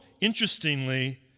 interestingly